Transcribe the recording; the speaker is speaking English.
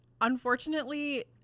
Unfortunately